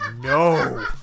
No